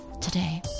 today